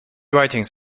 writings